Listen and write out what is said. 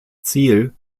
ziel